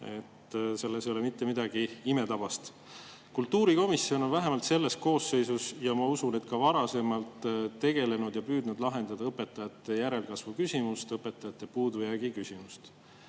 Selles ei ole mitte midagi imetabast. Kultuurikomisjon on vähemalt selles koosseisus ja ma usun, et ka varasemalt püüdnud lahendada õpetajate järelkasvu küsimust, õpetajate puudujäägi küsimust.